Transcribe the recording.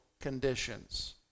conditions